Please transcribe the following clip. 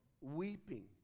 weeping